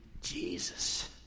Jesus